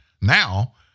now